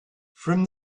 from